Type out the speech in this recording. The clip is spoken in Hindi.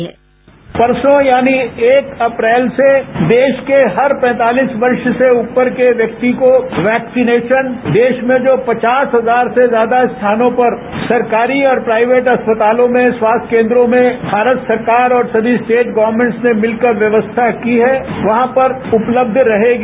बाईट डॉ हर्षवर्धन परसो यानी एक अप्रैल से देश के हर पैंतालीस वर्ष से ऊपर के व्यक्ति को वैक्सीनेशन देश में जो पचास हजार से ज्यादा रथानों पर सरकारी और प्राइवेट अस्पतालों में स्वास्थ्य केन्द्रों में भारत सरकार और सभी स्टेट गवर्नमेंटस ने मिलकर व्यवस्था की है वहां पर उपलब्ध रहेगी